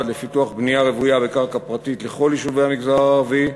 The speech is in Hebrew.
לפיתוח בנייה רוויה בקרקע פרטית לכל יישובי המגזר הערבי,